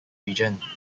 region